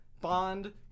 Bond